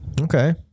Okay